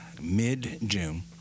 mid-June